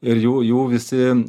ir jų jų visi